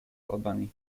albany